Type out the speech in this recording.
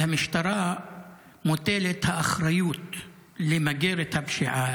על המשטרה מוטלת האחריות למגר את הפשיעה,